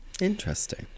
Interesting